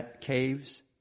caves